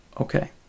Okay